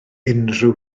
unrhyw